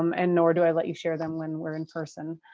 um and nor do i let you share them when we're in person,